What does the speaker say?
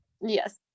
yes